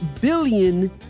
billion